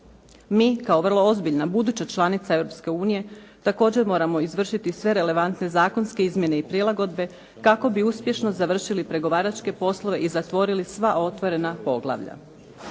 Mi kao vrlo ozbiljna buduća članica Europske unije također moramo izvršiti sve relevantne zakonske izmjene i prilagodbe kako bi uspješno završili pregovaračke poslove i zatvorili sva otvorena poglavlja.